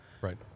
right